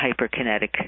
hyperkinetic